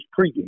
pregame